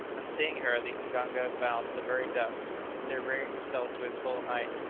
on seeing her, the mganga bowed to the very dust then, rearing himself to his full height,